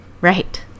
Right